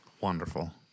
Wonderful